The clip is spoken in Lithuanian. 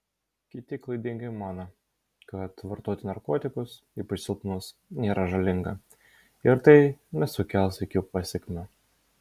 kiti klaidingai mano kad vartoti narkotikus ypač silpnus nėra žalinga ir tai nesukels jokių pasekmių